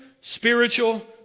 spiritual